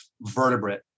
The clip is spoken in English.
vertebrate